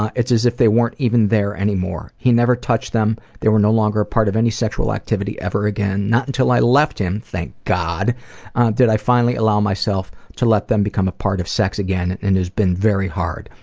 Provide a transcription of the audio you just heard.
it's as if they weren't even there anymore. he never touched them. they were no longer a part of any sexual activity ever again. not until i left him thank god did i finally allow myself to let them become a part of sex again and it has been very hard.